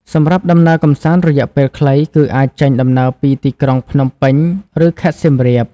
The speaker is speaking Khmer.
សម្រាប់ដំណើរកម្សាន្តរយៈពេលខ្លី គឺអាចចេញដំណើរពីទីក្រុងភ្នំពេញ ឬខេត្តសៀមរាប។